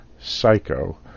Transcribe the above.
Psycho